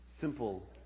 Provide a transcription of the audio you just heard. simple